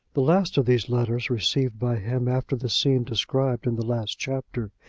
the last of these letters, received by him after the scene described in the last chapter,